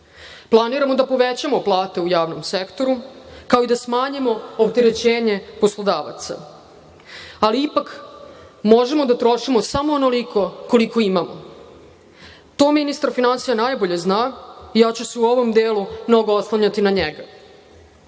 zemlje. Planiramo da povećamo plate u javnom sektoru, kao i da smanjimo opterećenje poslodavaca, ali ipak možemo da trošimo samo onoliko koliko imamo. To ministar finansija najbolje zna. U ovom delu ću se mnogo oslanjati na njega. Da